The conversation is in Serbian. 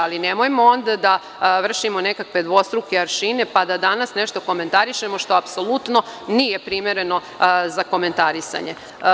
Ali, nemojmo onda da vršimo nekakve dvostruke aršine pa da danas nešto komentarišemo, što apsolutno nije primereno za komentarisanje.